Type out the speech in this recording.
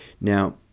Now